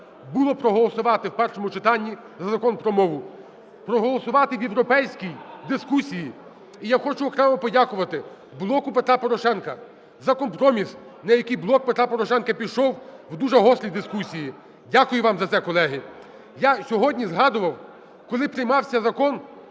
був проголосувати в першому читанні за Закон про мову, проголосувати в європейській дискусії. І я хочу окремо подякувати "Блоку Петра Порошенка" за компроміс, на який "Блок Петра Порошенка" пішов в дуже гострій дискусії. Дякую вам за це, колеги. Я сьогодні згадував, коли приймався Закон